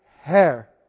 hair